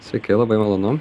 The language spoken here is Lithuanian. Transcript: sveiki labai malonu